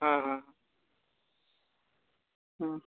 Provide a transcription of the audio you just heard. हां हां